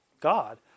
god